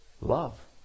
Love